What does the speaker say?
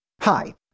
Hi